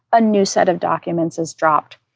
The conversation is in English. a new set of documents is dropped.